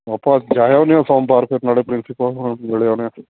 ਆਪਾਂ ਜਾ ਆਉਂਦੇ ਹਾਂ ਸੋਮਵਾਰ ਫਿਰ ਨਾਲੇ ਪ੍ਰਿੰਸੀਪਲ ਹੋਰਾਂ ਨੂੰ ਮਿਲ ਆਉਂਦੇ ਹਾਂ